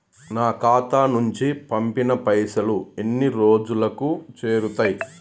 నా ఖాతా నుంచి పంపిన పైసలు ఎన్ని రోజులకు చేరుతయ్?